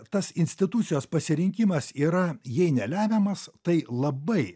tas institucijos pasirinkimas yra jei ne lemiamas tai labai